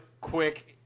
quick –